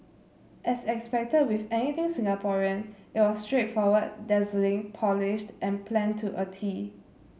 as expected with anything Singaporean it was straightforward dazzling polished and planned to a tee